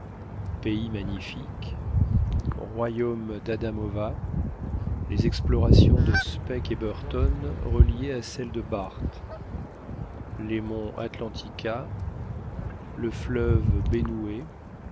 pays magnifique royaume d'adamova les explorations de speke et burton reliées à celles de barth les monts atlantika le fleuve